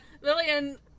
Lillian